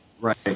Right